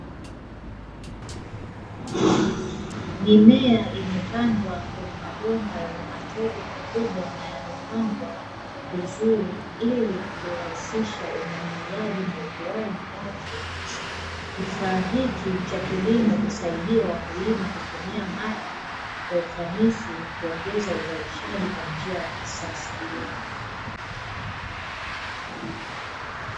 Mimea imepandwa kwenye mabomba yenye matobo makubwa na yamepandwa vizuri ili kurahisiha umwagiliaji na ukuwaji wake, kifaa hiki cha kilimo huwasaidia wakulima kutumia maji kwa ufanisi na kuongeza uzalishaji kwa njia ya kisasa.